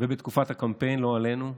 ומתקופת הקמפיין, לא עלינו.